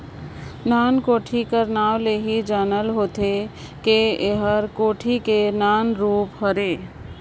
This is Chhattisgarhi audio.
नान कोड़ी कर नाव ले ही जानल होथे कर एह कोड़ी कर नान रूप हरे